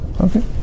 Okay